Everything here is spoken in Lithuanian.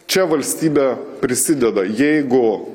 čia valstybė prisideda jeigu